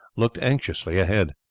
looked anxiously ahead.